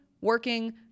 working